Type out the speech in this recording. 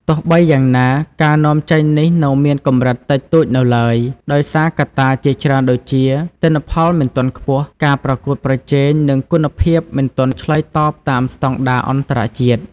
ទោះបីយ៉ាងណា ការនាំចេញនេះនៅមានកម្រិតតិចតួចនៅឡើយ ដោយសារកត្តាជាច្រើនដូចជា ទិន្នផលមិនទាន់ខ្ពស់ ការប្រកួតប្រជែង និងគុណភាពមិនទាន់ឆ្លើយតបតាមស្តង់ដារអន្តរជាតិ។